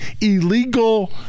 illegal